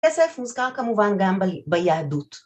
‫כסף מוזכר כמובן גם ביהדות.